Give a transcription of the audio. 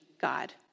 God